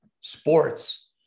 sports